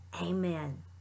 amen